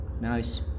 Nice